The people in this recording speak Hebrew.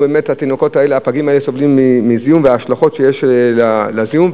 הפגים האלה סובלים מזיהומים ומהשלכות של זיהומים.